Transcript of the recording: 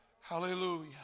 hallelujah